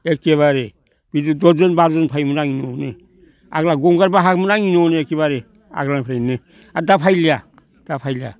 एखेबारे बिदि दस जन बार'जन थायोमोन आंनि न'आवनो आगोलो गंगार बाहामोन आंनि न'आनो एखेबारे आगोलनिफ्रायनो आरो दा फैलिया दा फैला